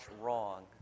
wrong